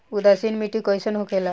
उदासीन मिट्टी कईसन होखेला?